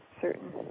certain